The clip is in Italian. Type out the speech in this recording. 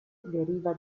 deriva